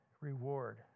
reward